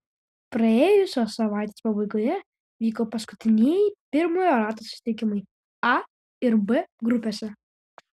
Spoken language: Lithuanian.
praėjusios savaitės pabaigoje vyko paskutinieji pirmojo rato susitikimai a ir b grupėse